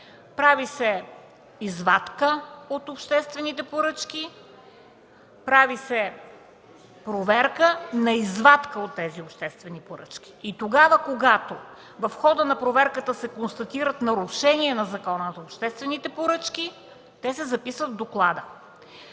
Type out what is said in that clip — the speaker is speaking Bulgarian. Прави се извадка от обществените поръчки, прави се проверка на извадка от тези обществени поръчки. Тогава, когато в хода на проверката се констатират нарушения на Закона за обществените поръчки, те се записват в доклада.